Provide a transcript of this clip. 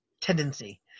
Tendency